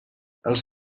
els